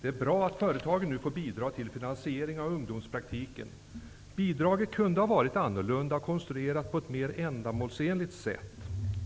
Det är bra att företagen nu får bidra till finansieringen av ungdomspraktiken. Bidraget kunde ha varit annorlunda och konstruerat på ett mer ändamålsenligt sätt.